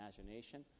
imagination